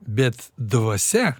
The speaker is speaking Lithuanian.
bet dvasia